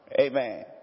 Amen